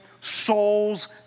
souls